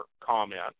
comment